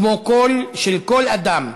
כמו של כל אדם,